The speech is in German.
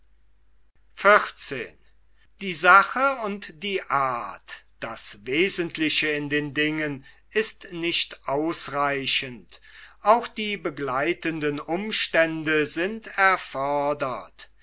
das wesentliche in den dingen ist nicht ausreichend auch die begleitenden umstände sind erfordert